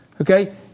okay